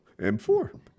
M4